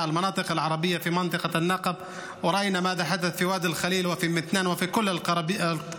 למשפחות הערביות אשר סובלות מאלימות ופשיעה בחברה הערבית,